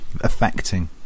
affecting